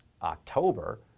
October